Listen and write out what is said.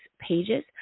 pages